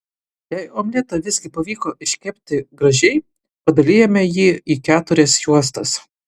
jei omletą visgi pavyko iškepti gražiai padalijame jį į keturias juostas